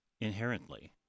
inherently